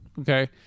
okay